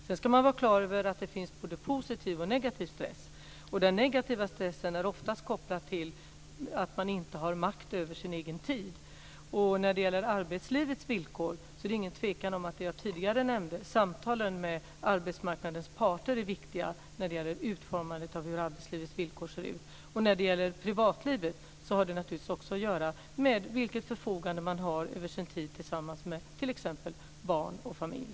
Sedan ska man vara klar över att det finns både positiv och negativ stress. Den negativa stressen är oftast kopplad till att man inte har makt över sin egen tid. När det gäller arbetslivets villkor är det ingen tvekan om att det jag tidigare nämnde, samtal med arbetsmarknadens parter, är viktigt när det gäller utformandet av hur arbetslivets villkor ser ut. När det gäller privatlivet har det naturligtvis också att göra med vilket förfogande man har över sin tid tillsammans med t.ex. barn och familj.